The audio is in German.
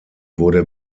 wurde